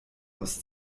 aus